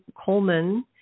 Coleman